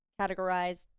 categorize